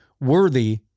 worthy